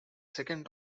second